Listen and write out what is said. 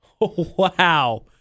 Wow